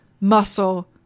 muscle